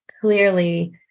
clearly